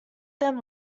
them